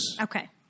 Okay